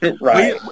Right